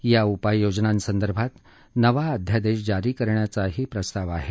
या उपाययोजनांसंदर्भात नवा अध्यादेश जारी करण्याचाही प्रस्ताव आहे